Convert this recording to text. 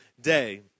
day